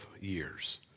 years